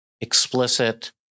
explicit